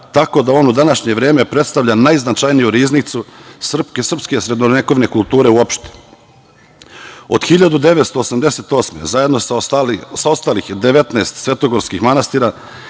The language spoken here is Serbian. tako da on u današnje vreme predstavlja najznačajniju riznicu srpske srednjovekovne kulture uopšte. Od 1988. godine, zajedno sa ostalih 19 svetogorskih manastira,